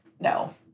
no